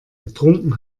getrunken